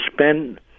spend